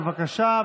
בבקשה,